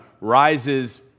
rises